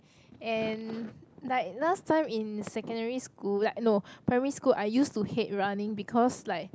and like last time in secondary school like no primary school I used to hate running because like